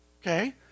okay